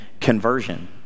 conversion